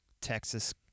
Texas